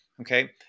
Okay